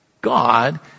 God